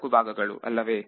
ನಾಲ್ಕು ಭಾಗಗಳು ಅಲ್ಲವೇ